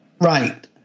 Right